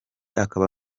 akaba